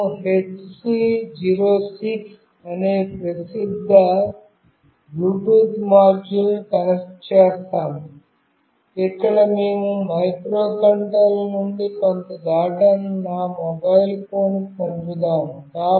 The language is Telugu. మేము HC 06 అనే ప్రసిద్ధ బ్లూటూత్ మాడ్యూల్ను కనెక్ట్ చేస్తాము ఇక్కడ మేము మైక్రోకంట్రోలర్ నుండి కొంత డేటాను నా మొబైల్ ఫోన్కు పంపుతాము